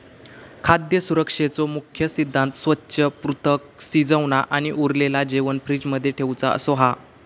खाद्य सुरक्षेचो मुख्य सिद्धांत स्वच्छ, पृथक, शिजवना आणि उरलेला जेवाण फ्रिज मध्ये ठेउचा असो हा